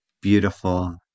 Beautiful